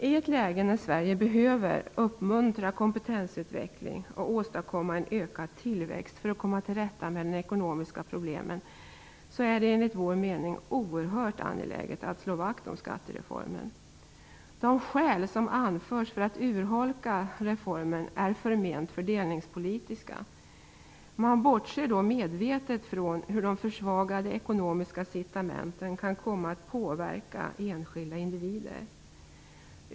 I ett läge när Sverige behöver uppmuntra kompetensutveckling och åstadkomma tillväxt för att komma till rätta med de ekonomiska problemen är det enligt vår mening oerhört angeläget att slå vakt om skattereformen. De skäl som anförs för att urholka reformen är förment fördelningspolitiska. Man bortser då medvetet från hur de försvagade ekonomiska incitamenten kan komma att påverka enskilda individer.